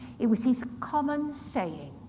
it was his common saying,